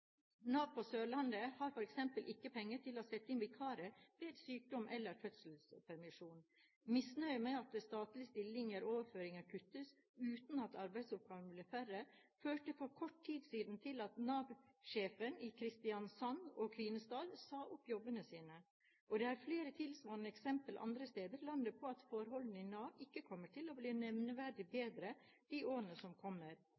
penger til å sette inn vikarer ved sykdom eller fødselspermisjon. Misnøye med at statlige stillinger og overføringer kuttes uten at arbeidsoppgavene blir færre, førte for kort tid siden til at Nav-sjefene i Kristiansand og Kvinesdal sa opp jobbene sine. Det er flere tilsvarende eksempler andre steder i landet på at forholdene i Nav ikke kommer til å bli nevneverdig bedre i årene som kommer.